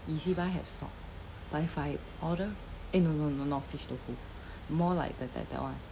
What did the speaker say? ezbuy have stock but if I order eh no no no not fish tofu more like the that that one